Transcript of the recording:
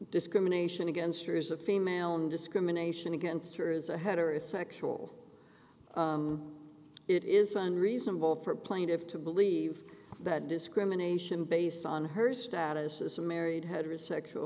discrimination against her is a female no discrimination against her is a heterosexual it isn't reasonable for a plaintiff to believe that discrimination based on her status as a married heterosexual